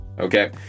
okay